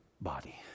body